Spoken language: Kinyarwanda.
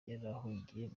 yarahungiye